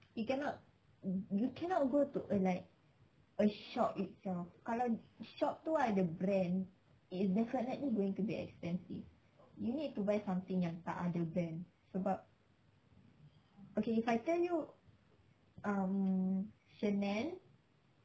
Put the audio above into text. you cannot you cannot go to a like a shop itself kalau shop tu ada brand it's definitely going to be expensive you need to buy something yang tak ada brand sebab okay if I tell you um chanel